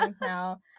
now